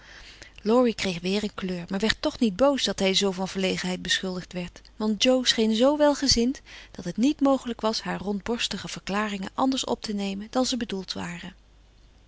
kreeg weer een kleur maar werd toch niet boos dat hij zoo van verlegenheid beschuldigd werd want jo scheen zoo welgezind dat het niet mogelijk was haar rondborstige verklaringen anders op te nemen dan ze bedoeld waren